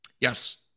Yes